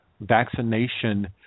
vaccination